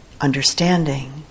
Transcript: understanding